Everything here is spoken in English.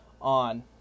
on